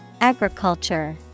Agriculture